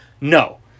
No